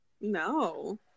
No